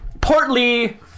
portly